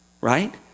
right